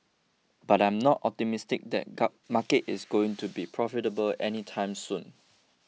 but I'm not optimistic that market is going to be profitable any time soon